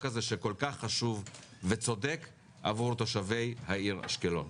הזה שכל כך חשוב וצודק עבור תושבי העיר אשקלון.